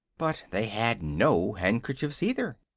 but they had no handkerchiefs, either.